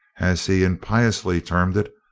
as he impiously termed it,